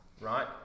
Right